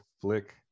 flick